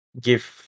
give